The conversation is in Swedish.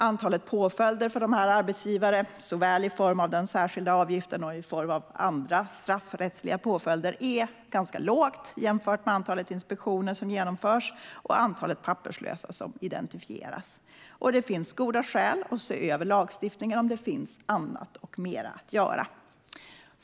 Antalet påföljder för dessa arbetsgivare, i form av såväl den särskilda avgiften som andra straffrättsliga påföljder, är ganska lågt jämfört med antalet inspektioner som genomförs och antalet papperslösa som identifieras. Det finns goda skäl att se över lagstiftningen och titta på om det finns annat och mer att göra.